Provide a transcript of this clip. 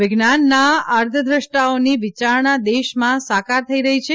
વિજ્ઞાનના આર્ધદ્રષ્ટાઓની વિચારણા દેશમાં સાકાર થઇ રહી છે